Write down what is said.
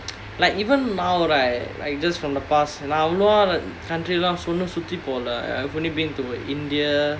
like even now right like just from the past நான் அவ்ளோவா:naan avlova country சுத்தி போகல:suthi pogala lah I've only been to india